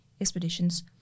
expeditions